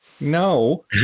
No